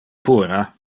puera